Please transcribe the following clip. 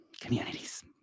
communities